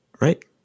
right